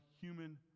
human